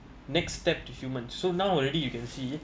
next step to human so now already you can see